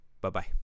Bye-bye